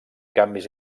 canvis